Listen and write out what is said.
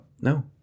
No